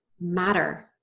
matter